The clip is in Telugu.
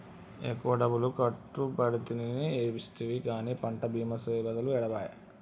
ఎక్కువ డబ్బులు కట్టబడితినని ఏడిస్తివి గాని పంట బీమా పైసలు ఏడబాయే